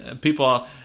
People